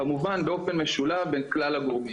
כמובן באופן משולב בין כלל הגורמים,